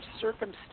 circumstances